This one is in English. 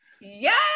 Yes